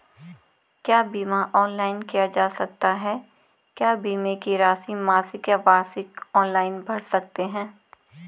क्या बीमा ऑनलाइन किया जा सकता है क्या बीमे की राशि मासिक या वार्षिक ऑनलाइन भर सकते हैं?